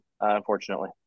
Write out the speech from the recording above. unfortunately